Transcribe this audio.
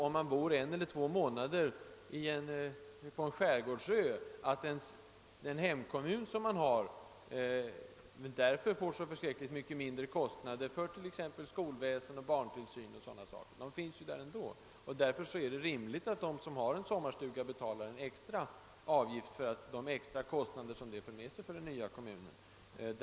Om man bor en eller två månader på en skärgårdsö får ju ens hemkommun inte så förskräckligt mycket mindre kostnader för t.ex. skolväsen och barntillsyn. Dessa kostnader minskas ju inte genom sommarvistelsen. Det är i stället rimligt att de som har en sommarstuga betalar en extra avgift för de kostnader, som det för med sig för den kommun där sommarstugan är belägen.